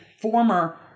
former